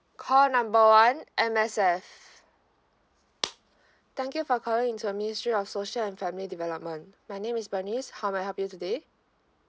call number one M_S_F thank you for calling to a ministry of social and family development my name is bernice how may I help you today